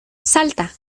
salta